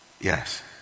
Yes